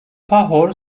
pahor